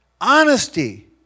honesty